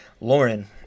Lauren